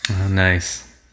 Nice